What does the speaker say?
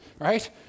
right